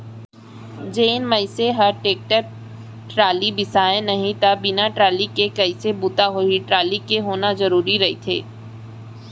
जेन मनसे ह टेक्टर टाली बिसाय नहि त बिन टाली के कइसे बूता होही टाली के होना जरुरी रहिथे